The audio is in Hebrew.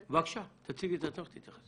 בבקשה, תציגי את עצמך ותתייחסי.